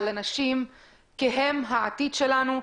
על הנשים כי הם העתיד שלנו,